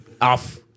off